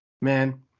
man